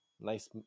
nice